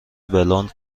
بلوند